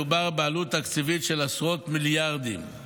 מדובר בעלות תקציבית של עשרות מיליארדים.